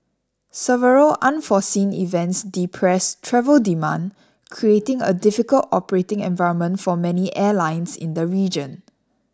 several unforeseen events depressed travel demand creating a difficult operating environment for many airlines in the region